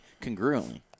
congruently